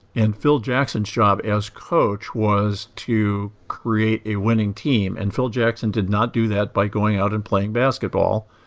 and phil jackson's job as coach was to create a winning team. and phil jackson did not do that by going out and playing basketball.